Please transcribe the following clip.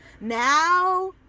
Now